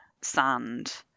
sand